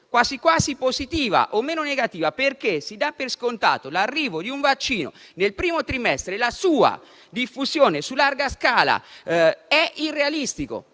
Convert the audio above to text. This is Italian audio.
quasi quasi positiva, o meno negativa, perché si dà per scontato l'arrivo di un vaccino nel primo trimestre e la sua diffusione su larga scala è irrealistico.